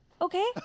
okay